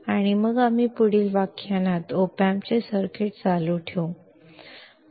आणि मग आम्ही पुढील व्याख्यानात op amps चे सर्किट चालू ठेवू